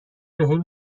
بهم